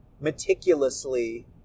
meticulously